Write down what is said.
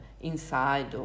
inside